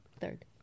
Third